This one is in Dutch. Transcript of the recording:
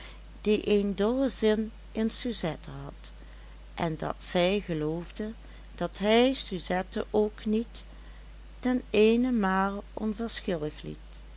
die een dollen zin in suzette had en dat zij geloofde dat hij suzette ook niet ten eenenmale onverschillig liet